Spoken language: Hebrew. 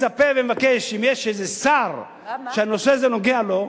מצפה ומבקש שאם יש איזה שר שהנושא הזה נוגע לו,